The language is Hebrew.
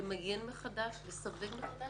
למיין מחדש, לסווג מחדש.